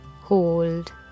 hold